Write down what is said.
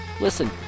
listen